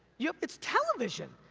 yeah it's television,